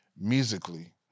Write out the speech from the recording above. musically